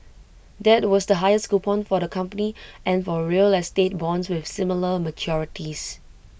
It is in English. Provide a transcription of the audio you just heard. that was the highest coupon for the company and for real estate bonds with similar maturities